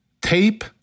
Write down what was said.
tape